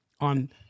on